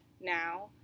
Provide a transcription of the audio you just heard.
now